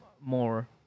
more